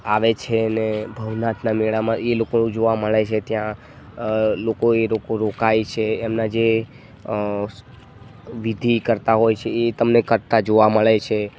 આવે છે ને ભવનાથના મેળામાં એ લોકો જોવા મળે છે ત્યાં લોકો એ લોકો રોકાય છે એમના જે વિધિ કરતાં હોય છે એ તમને કરતાં જોવા મળે છે